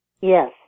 Yes